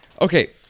Okay